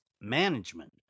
management